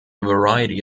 variety